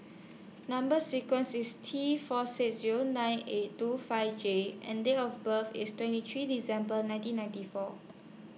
Number sequence IS T four six Zero nine eight two five J and Date of birth IS twenty three December nineteen ninety four